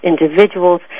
individuals